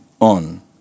on